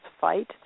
fight